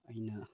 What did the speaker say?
ꯑꯩꯅ